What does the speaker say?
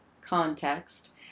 context